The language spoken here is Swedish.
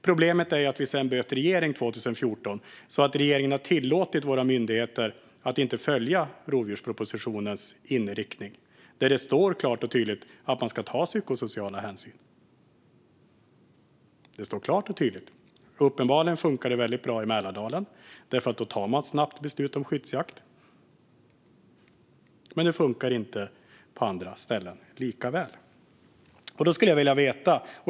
Problemet är att vi sedan bytte regering 2014 och att den nuvarande regeringen har tillåtit våra myndigheter att inte följa rovdjurspropositionens inriktning. I propositionen står det klart och tydligt att man ska ta psykosociala hänsyn. Uppenbarligen funkar det väldigt bra i Mälardalen, för där tar man snabbt beslut om skyddsjakt. Men det funkar inte lika väl på andra ställen.